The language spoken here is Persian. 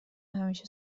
همیشه